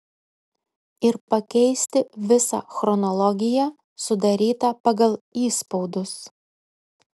ir pakeisti visą chronologiją sudarytą pagal įspaudus